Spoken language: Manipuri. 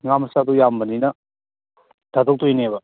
ꯉꯥ ꯃꯆꯥꯗꯨ ꯌꯥꯝꯕꯅꯤꯅ ꯐꯥꯗꯣꯛꯇꯣꯏꯅꯦꯕ